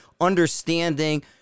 understanding